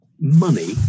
money